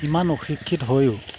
ইমান অশিক্ষিত হৈয়ো